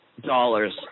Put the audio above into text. dollars